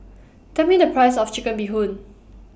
Tell Me The Price of Chicken Bee Hoon